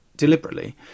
deliberately